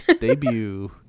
debut